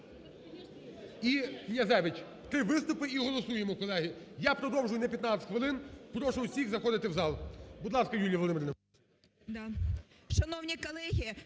і Князевич. Три виступи і голосуємо, колеги. Я продовжую на 15 хвилин, прошу усіх заходити в зал. Будь ласка, Юлія Володимирівна.